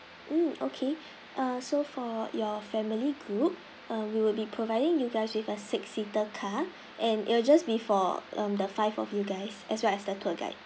mm okay uh so for your family group uh we will be providing you guys with a six seater car and it will just be for the five of you guys as well as the tour guide